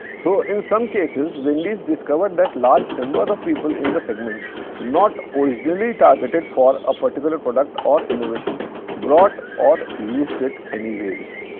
so, in some cases, wendy's discovered that large number but of people in the segment not originally targeted for a particular product or innovation brought or used it anyways.